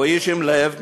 הוא איש עם לב,